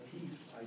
peace